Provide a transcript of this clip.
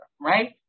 right